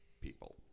people